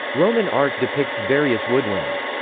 roman art depicts various woodwinds,